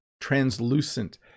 translucent